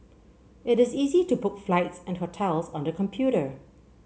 it is easy to book flights and hotels on the computer